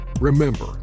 Remember